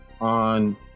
on